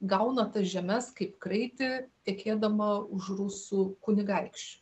gauna tas žemes kaip kraitį tekėdama už rusų kunigaikščio